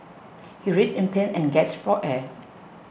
he writhed in pain and gasped for air